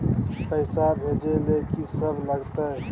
पैसा भेजै ल की सब लगतै?